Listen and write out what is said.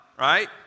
right